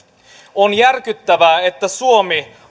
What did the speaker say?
on järkyttävää että suomi